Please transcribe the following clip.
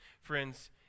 Friends